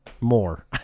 more